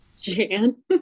Jan